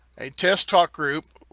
a test talk group,